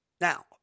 Now